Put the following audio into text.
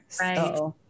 Right